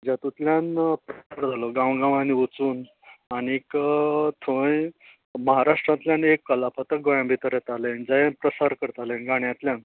जातूंतल्यान प्रचार जालो गांवांनी वचून आनीक थंय म्हाराष्ट्रांतल्यान एक कलापतक गोंया भितर येतालें तें प्रसार करतालें गाण्यांतल्यान